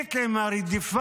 שיפסיק עם הרדיפה,